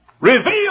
Reveal